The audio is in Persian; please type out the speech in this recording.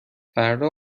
فردا